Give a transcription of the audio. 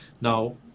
Now